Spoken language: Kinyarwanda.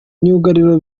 myugariro